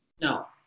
no